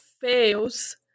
fails